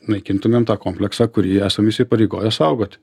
naikintumėm tą kompleksą kurį esam įsipareigoję saugot